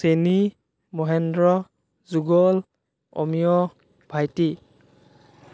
চেনি মহেন্দ্ৰ যুগল অমিয় ভাইটি